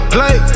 Play